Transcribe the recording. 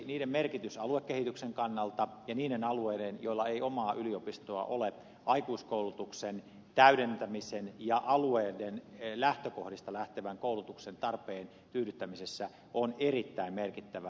niiden merkitys aluekehityksen kannalta ja niiden alueiden joilla ei omaa yliopistoa ole aikuiskoulutuksen täydentämisen ja alueiden lähtökohdista lähtevän koulutuksen tarpeen tyydyttämisessä on erittäin suuri